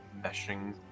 meshing